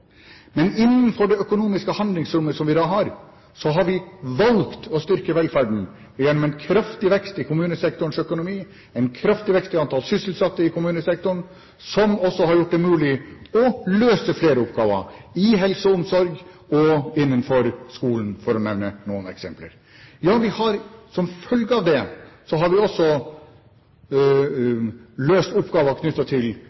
Men innenfor det økonomiske handlingsrommet vi da har, har vi valgt å styrke velferden gjennom en kraftig vekst i kommunesektorens økonomi, en kraftig vekst i antall sysselsatte i kommunesektoren, som også har gjort det mulig å løse flere oppgaver i helse og omsorg og innenfor skolen, for å nevne noen eksempler. Ja, som følge av det har vi også løst oppgaver knyttet til